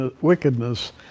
wickedness